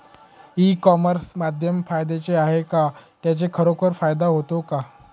E commerce माध्यम फायद्याचे आहे का? त्याचा खरोखर फायदा होतो का?